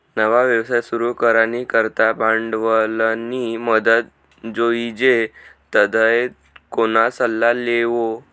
नवा व्यवसाय सुरू करानी करता भांडवलनी मदत जोइजे तधय कोणा सल्ला लेवो